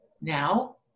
Now